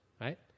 right